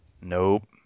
Nope